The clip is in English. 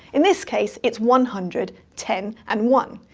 in this case, it's one hundred, ten, and one.